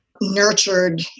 nurtured